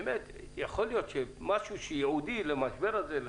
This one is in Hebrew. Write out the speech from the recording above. יכול להיות שיש משהו ייעודי למשבר הזה.